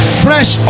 fresh